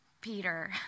Peter